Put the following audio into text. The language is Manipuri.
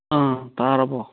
ꯑ ꯇꯥꯔꯕꯣ